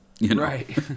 Right